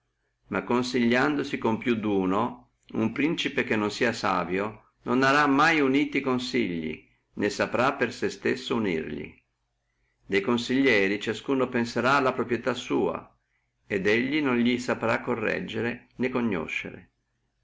ma consigliandosi con più duno uno principe che non sia savio non arà mai e consigli uniti non saprà per sé stesso unirli de consiglieri ciascuno penserà alla proprietà sua lui non li saprà correggere né conoscere